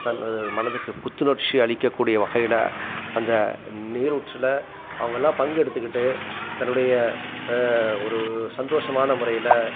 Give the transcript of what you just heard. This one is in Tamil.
தன் மனதுக்கு புத்துணர்ச்சி அளிக்கக்கூடிய வகையில் அந்த நீரூற்றில் அவங்கள்லாம் பங்கெடுத்துக்கிட்டு தன்னுடைய ஒரு சந்தோஷமான முறையில்